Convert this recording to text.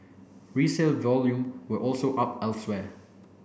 resale volume were also up elsewhere